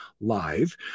live